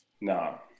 No